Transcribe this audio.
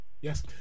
yes